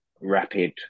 rapid